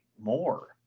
more